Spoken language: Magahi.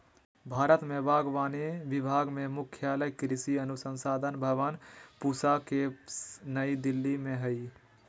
भारत में बागवानी विभाग के मुख्यालय कृषि अनुसंधान भवन पूसा केम्पस नई दिल्ली में हइ